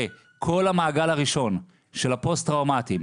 לכל המעגל הראשון של הפוסט טראומטיים,